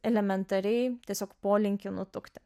elementariai tiesiog polinkį nutukti